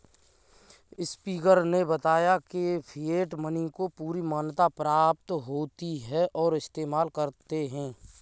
speaker ने बताया की फिएट मनी को पूरी मान्यता प्राप्त होती है और इस्तेमाल करते है